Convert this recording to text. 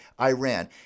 Iran